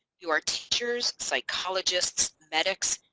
you are teachers, psychologists, medics,